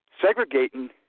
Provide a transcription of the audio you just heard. segregating